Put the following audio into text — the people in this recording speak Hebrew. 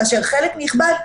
כאשר חלק נכבד,